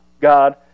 God